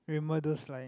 remember those like